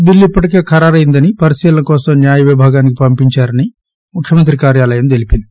bill ఇప్పటికే ఖరారైందని పరిశీలన కోసం న్యాయ విభాగానికి పంపించారని ముఖ్యమంత్రి కార్యాలయం తెలిపింది